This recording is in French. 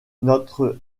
notre